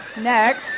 next